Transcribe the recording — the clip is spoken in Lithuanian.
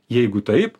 jeigu taip